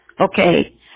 Okay